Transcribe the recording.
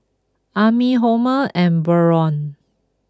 Ami Homer and Byron